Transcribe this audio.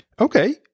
Okay